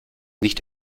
nicht